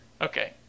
Okay